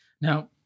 Now